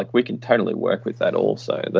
like we can totally work with that also.